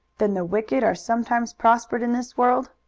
then the wicked are sometimes prospered in this world?